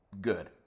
good